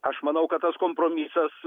aš manau kad tas kompromisas